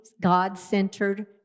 God-centered